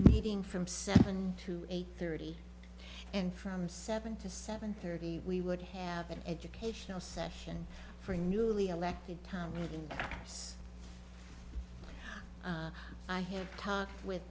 meeting from seven to eight thirty and from seven to seven thirty we would have an educational session for newly elected time with us i have talked with